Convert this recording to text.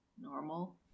normal